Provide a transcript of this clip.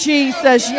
Jesus